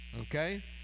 Okay